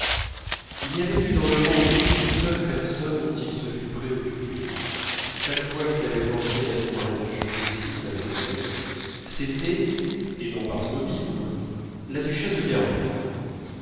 il n'y avait eu dans le monde qu'une seule personne dont il se fût préoccupé chaque fois qu'il avait pensé à son mariage possible avec odette c'était et non par snobisme la duchesse de